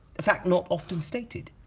a fact not often stated.